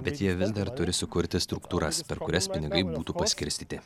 bet jie vis dar turi sukurti struktūras per kurias pinigai būtų paskirstyti